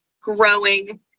growing